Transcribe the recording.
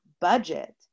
budget